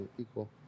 Equal